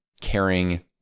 caring